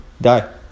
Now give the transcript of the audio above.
die